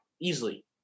easily